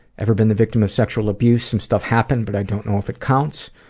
ever been the victim of sexual abuse? some stuff happened, but i don't know if it counts.